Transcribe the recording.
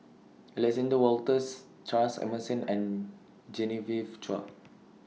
Alexander Wolters Charles Emmerson and Genevieve Chua